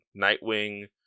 Nightwing